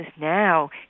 now